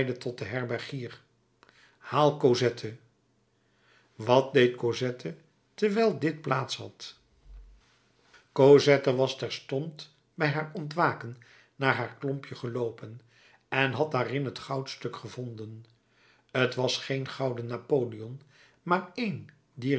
tot den herbergier haal cosette wat deed cosette terwijl dit plaats had cosette was terstond bij haar ontwaken naar haar klompje geloopen en had daarin het goudstuk gevonden t was geen gouden napoleon maar een dier